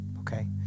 okay